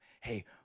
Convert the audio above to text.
hey